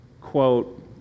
quote